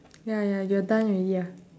ya ya you're done already ah